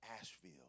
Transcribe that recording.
Asheville